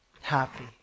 happy